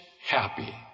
happy